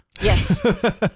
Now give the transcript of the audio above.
Yes